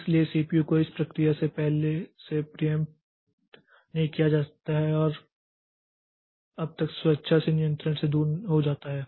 इसलिए सीपीयू को इस प्रक्रिया से पहले से प्रीमिट नहीं किया जाता है और जब तक कि यह स्वेच्छा से नियंत्रण से दूर नहीं हो जाता है